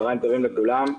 צהריים טובים לכולם.